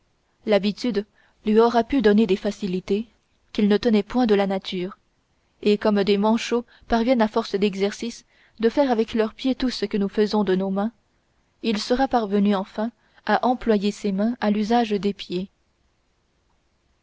l'habitude lui aura pu donner des facilités qu'il ne tenait point de la nature et comme des manchots parviennent à force d'exercice à faire avec leurs pieds tout ce que nous faisons de nos mains il sera parvenu enfin à employer ses mains à l'usage des pieds